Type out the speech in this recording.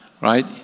right